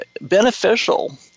beneficial